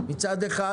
מצד אחד,